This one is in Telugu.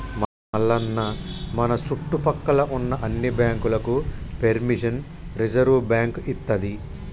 మల్లన్న మన సుట్టుపక్కల ఉన్న అన్ని బాంకులకు పెర్మిషన్ రిజర్వ్ బాంకు ఇత్తది